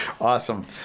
Awesome